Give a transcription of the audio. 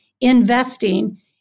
investing